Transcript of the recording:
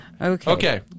Okay